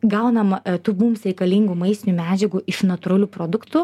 gaunam tų mums reikalingų maistinių medžiagų iš natūralių produktų